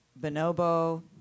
Bonobo